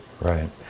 Right